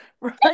right